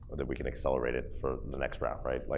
that we can accelerate it for the next round, right. like